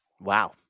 Wow